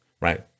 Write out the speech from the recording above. right